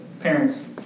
parents